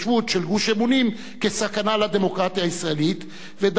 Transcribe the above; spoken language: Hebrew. "גוש אמונים" כסכנה לדמוקרטיה הישראלית וטען